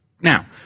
Now